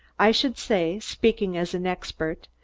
i should say, speaking as an expert,